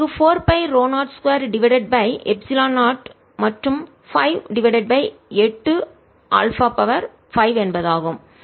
இது எனக்கு 4 by ρ02 divided by epsilon 0 மற்றும் 5 டிவைடட் பை 8 α 5 என்பதாகும்